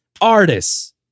artists